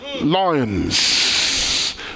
Lions